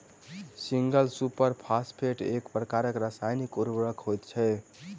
single super phosphate एक प्रकारक रासायनिक उर्वरक होइत छै